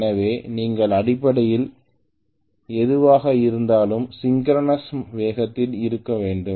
எனவே நீங்கள் அடிப்படையில் எதுவாக இருந்தாலும் சிங்க்கிரனஸ் வேகத்தில் இருக்க வேண்டும்